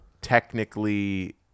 technically